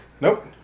Nope